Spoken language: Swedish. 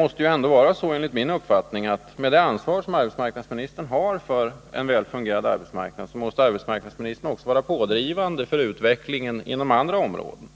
Med det ansvar som arbetsmarknadsministern har för en väl fungerande arbetsmarknad måste han enligt min uppfattning också vara pådrivande för utvecklingen inom andra områden